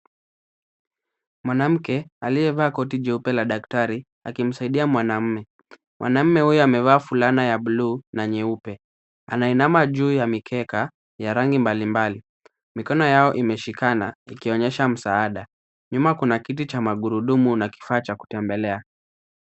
Mwanamke aliyevaa koti jeupe la daktari akimsaidia mwanaume. Mwanaume huyu amevaa fulana ya buluu na nyeupe. Anainama juu ya mikeka ya rangi mbalimbali. Mikono yao imeshikana ikionyesha msaada. Nyuma kuna kiti cha magurudumu na kifaa cha kutembelea.